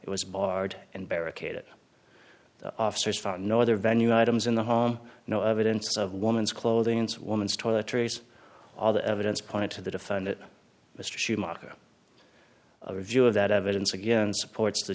it was barred and barricaded the officers found no other venue items in the home no evidence of woman's clothing it's woman's toiletries all the evidence pointed to the defendant mr schumacher a view of that evidence again supports the